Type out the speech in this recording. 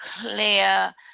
clear